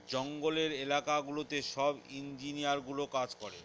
জঙ্গলের এলাকা গুলোতে সব ইঞ্জিনিয়ারগুলো কাজ করে